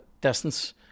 distance